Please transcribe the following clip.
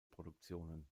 produktionen